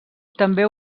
també